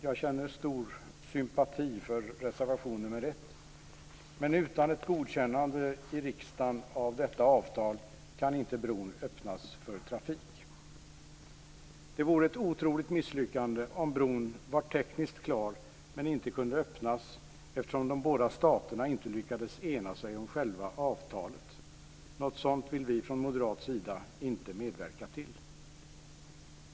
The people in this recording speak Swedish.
Jag känner stor sympati för reservation nr 1, men utan ett godkännande av detta avtal i riksdagen kan inte bron öppnas för trafik. Det vore ett otroligt misslyckande om bron var tekniskt klar men inte kunde öppnas eftersom de båda staterna inte lyckats ena sig om själva avtalet. Något sådant vill vi från moderat sida inte medverka till.